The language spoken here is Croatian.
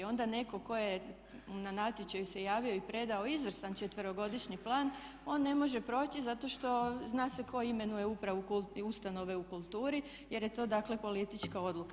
Onda netko tko je na natječaju se javio i predao izvrstan 4-godišnji plan on ne može proći zato što zna se tko imenuje upravu i ustanove u kulturi jer je to dakle politička odluka.